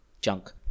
junk